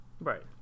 Right